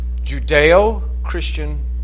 Judeo-Christian